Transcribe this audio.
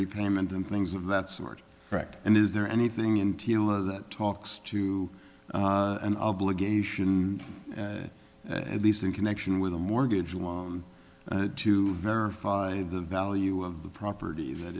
repayment and things of that sort correct and is there anything in the talks to an obligation at least in connection with a mortgage to verify the value of the property that